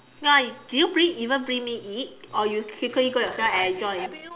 no ah do you bring even bring me eat or you secretly go yourself and enjoy